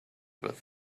with